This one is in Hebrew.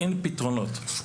אין פתרונות.